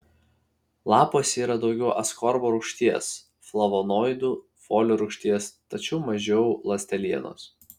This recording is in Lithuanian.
lapuose yra daugiau askorbo rūgšties flavonoidų folio rūgšties tačiau mažiau ląstelienos